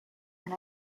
and